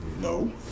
No